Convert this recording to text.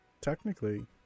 technically